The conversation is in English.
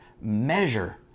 measure